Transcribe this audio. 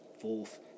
fourth